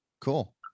cool